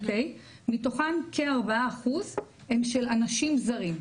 מתוכן כ- 4% הם של אנשים זרים,